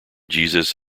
jesus